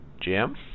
Jim